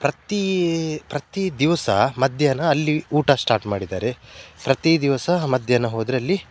ಪ್ರತಿ ಪ್ರತಿ ದಿವಸ ಮಧ್ಯಾಹ್ನ ಅಲ್ಲಿ ಊಟ ಸ್ಟಾರ್ಟ್ ಮಾಡಿದ್ದಾರೆ ಪ್ರತಿ ದಿವಸ ಮಧ್ಯಾಹ್ನ ಹೋದ್ರೆ ಅಲ್ಲಿ